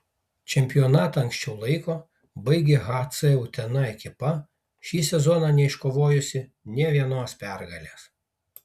čempionatą anksčiau laiko baigė hc utena ekipa šį sezoną neiškovojusi nė vienos pergalės